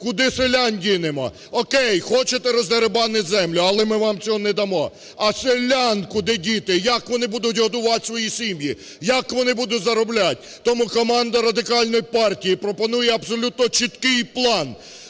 Куди селян дінемо? Окей, хочете роздерибанити землю, але ми вам цього не дамо, а селян куди діти? Як вони будуть годувати свої сім'ї, як вони будуть зароблять? Тому команда Радикальної партії пропонує абсолютно чіткий план: